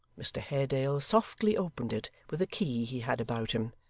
mr haredale softly opened it with a key he had about him,